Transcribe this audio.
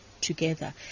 together